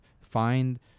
find